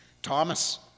Thomas